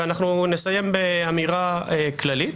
אנחנו נסיים באמירה כללית.